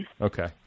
okay